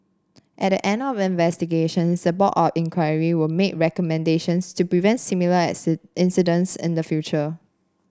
at the end of the Board of Inquiry will make recommendations to prevent similar incidents in the future